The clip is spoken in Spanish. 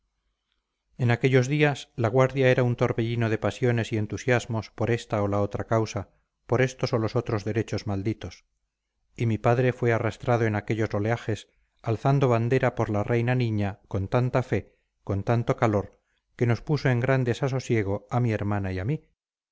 en aquellos días la guardia era un torbellino de pasiones y entusiasmos por esta o la otra causa por estos o los otros derechos malditos y mi padre fue arrastrado en aquellos oleajes alzando bandera por la reina niña con tanta fe con tanto calor que nos puso en gran desasosiego a mi hermana y a mí